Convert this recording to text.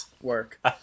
work